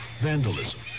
vandalism